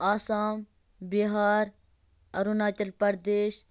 Assam Bihar Arunachal Pradesh